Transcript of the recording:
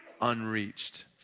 unreached